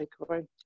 takeaway